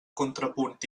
contrapunt